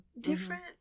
different